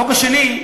החוק השני,